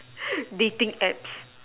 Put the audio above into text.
dating apps